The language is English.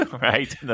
right